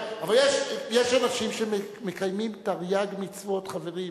אבל יש אנשים שמקיימים תרי"ג מצוות, חברים,